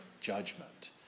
judgment